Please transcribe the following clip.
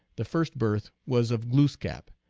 the first birth was of glooskap,